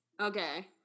okay